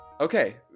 Okay